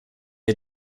are